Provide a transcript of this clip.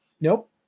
Nope